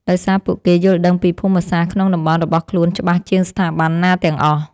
ដោយសារពួកគេយល់ដឹងពីភូមិសាស្ត្រក្នុងតំបន់របស់ខ្លួនច្បាស់ជាងស្ថាប័នណាទាំងអស់។